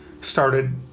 started